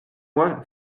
moi